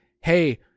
hey